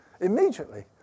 immediately